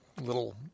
little